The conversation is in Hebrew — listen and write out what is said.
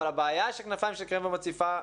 אבל הבעיה ש'כנפיים של קרמבו' מציפה,